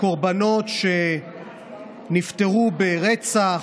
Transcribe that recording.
לקורבנות שנפטרו ברצח,